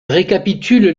récapitule